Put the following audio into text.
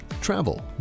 Travel